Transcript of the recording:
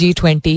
G20